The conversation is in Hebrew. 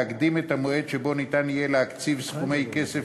להקדים את המועד שבו ניתן יהיה להקציב סכומי כסף